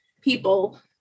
people